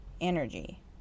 energy